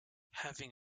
having